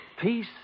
peace